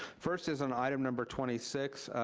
first is on item number twenty six.